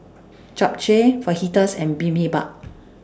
Japchae Fajitas and Bibimbap